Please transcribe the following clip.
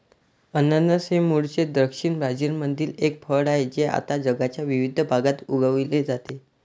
अननस हे मूळचे दक्षिण ब्राझीलमधील एक फळ आहे जे आता जगाच्या विविध भागात उगविले जाते